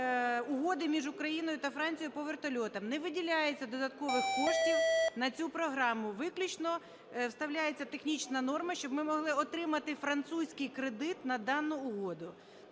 Угоди між Україною та Францією по вертольотам. Не виділяється додаткових коштів на цю програму. Виключно вставляється технічна норма, щоб ми могли отримати французький кредит на дану угоду.